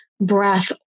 breath